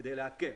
כדי להקל,